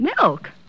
Milk